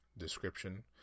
description